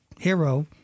hero